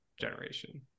generation